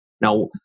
Now